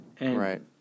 Right